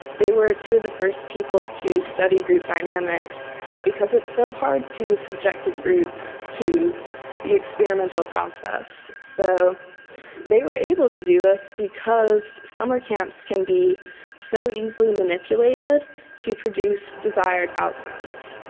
they were two of the first people to study group dynamics because it's so hard to subject a group to the experimental process. so they were able to do this because summer camps can be so easily manipulated to produce desired outcomes.